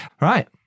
Right